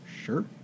Sure